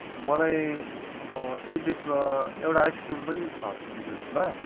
मलाई स्विट डिसमा एउटा आइसक्रिम पनि थपिदिनुहोस् ल